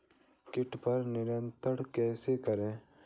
कीट पर नियंत्रण कैसे करें?